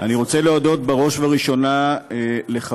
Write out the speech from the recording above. אני רוצה להודות בראש ובראשונה לחברי